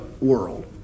world